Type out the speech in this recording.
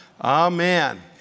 Amen